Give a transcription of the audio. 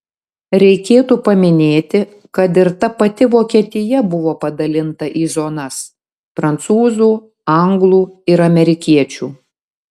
reikėtų paminėti kad ir ta pati vokietija buvo padalinta į zonas prancūzų anglų ir amerikiečių